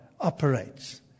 operates